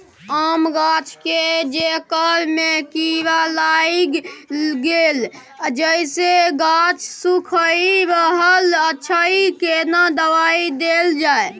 आम गाछ के जेकर में कीरा लाईग गेल जेसे गाछ सुइख रहल अएछ केना दवाई देल जाए?